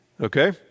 Okay